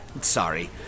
sorry